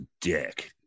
dick